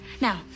Now